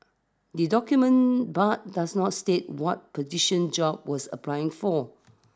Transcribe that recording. the document but does not state what position job was applying for